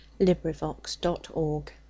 LibriVox.org